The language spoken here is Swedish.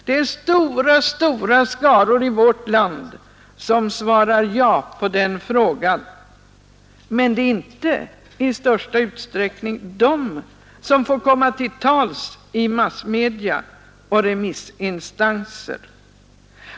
Det är stora, stora skaror i vårt land som svarar ja på den frågan. Men det är inte i största utsträckning de som får komma till tals i massmedia och hos remissinstanser.